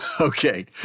okay